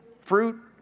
fruit